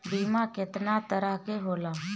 बीमा केतना तरह के होला?